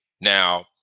Now